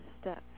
step